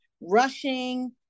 rushing